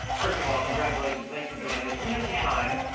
first of all, congratulations, thanks for joining us. we had some time